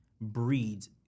breeds